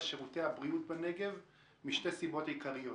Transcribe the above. על שירותי הבריאות בנגב משתי סיבות עיקריות.